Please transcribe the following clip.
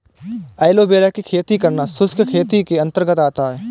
aloe vera की खेती करना शुष्क कृषि के अंतर्गत आता है